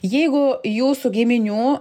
jeigu jūsų giminių